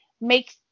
make